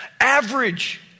average